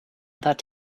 that